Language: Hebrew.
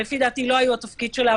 שלדעתי לא היה התפקיד שלה,